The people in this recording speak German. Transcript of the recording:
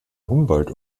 humboldt